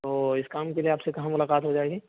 تو اس کام کے لیے آپ سے کہاں ملاقات ہو جائے گی